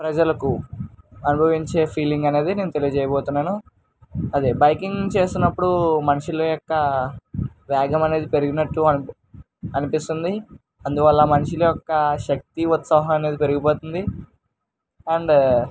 ప్రజలకు అనుభవించే ఫీలింగ్ అనేది నేను తెలియచేయబోతున్నాను అదే బైకింగ్ చేస్తున్నప్పుడు మనుషుల యొక్క వేగం అనేది పెరిగినట్లు అ అనిపిస్తుంది అందువల్ల మనిషి యొక్క శక్తి ఉత్సాహం అనేది పెరిగిపోతుంది అండ్